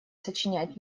сочиняет